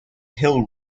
hill